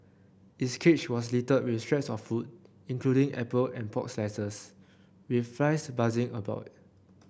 its cage was littered with scraps of food including apple and pork slices with flies buzzing around it